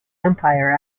empire